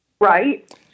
Right